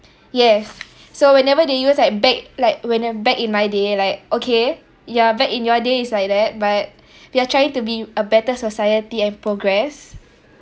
yes so whenever they use like back like when uh back in my day like okay ya back in your day is like that but we are trying to be a better society and progress